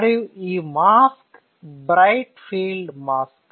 మరియు ఈ mask bright field mask